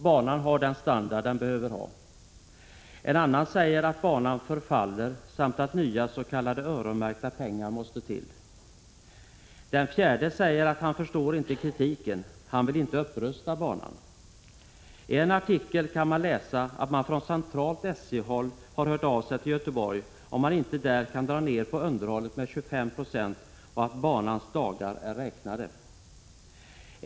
Banan har den standard den behöver ha. En tredje säger att banan förfaller samt att nya s.k. öronmärkta pengar måste till. Den fjärde säger att han inte förstår kritiken. Han vill inte upprusta banan. I en artikel kan vi läsa oss till att man från centralt SJ-håll har hört av sig till Göteborg om man inte kan dra ner på underhållet med 25 96 och sagt att banans dagar är räknade.